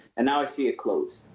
and now i see it closed.